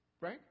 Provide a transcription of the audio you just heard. Right